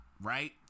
right